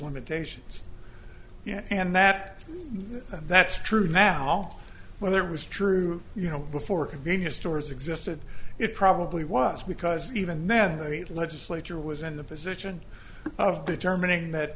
limitations and that and that's true now where there was true you know before convenience stores existed it probably was because even then the legislature was in the position of determining that